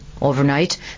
Overnight